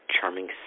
charming